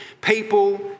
people